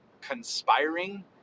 conspiring